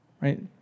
right